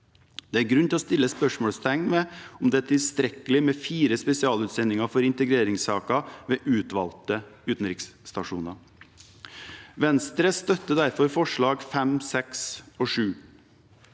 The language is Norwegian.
Det er grunn til å sette spørsmålstegn ved om det er tilstrekkelig med fire spesialutsendinger for integreringssaker ved utvalgte utenriksstasjoner. Venstre støtter derfor forslagene nr. 5, 6 og 7.